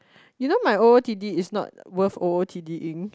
you know my o_o_t_d is not worth o_o_t_d ing